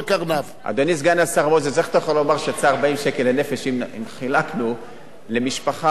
איך אתה יכול לומר שיצא 40 שקלים לנפש אם חילקנו למשפחה 500 שקלים בתלוש